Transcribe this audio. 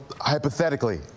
hypothetically